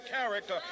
character